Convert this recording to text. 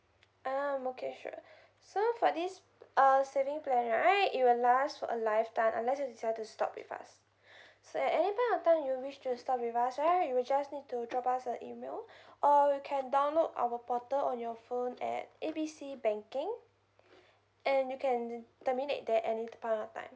ah okay sure so for this uh saving plan right it will last for a lifetime unless you decided to stop with us so at any point of time you wish to stop with us right you will just need to drop us an email or you can download our portal on your phone at A B C banking and you can terminate there any point of time